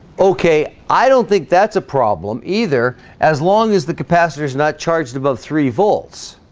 okay, i don't think that's a problem either as long as the capacitor is not charged above three volts